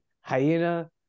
Hyena